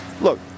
look